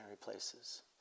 places